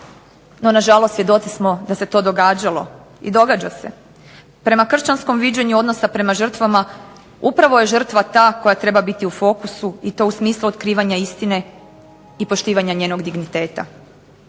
No na žalost svjedoci smo da se to događalo, i događa se. Prema kršćanskom viđenju odnosa prema žrtvama upravo je žrtva ta koja treba biti u fokusu i to u smislu otkrivanja istine i poštivanja njenog digniteta.